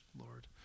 Lord